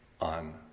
on